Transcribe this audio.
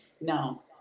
No